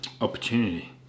opportunity